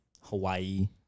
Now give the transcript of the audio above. Hawaii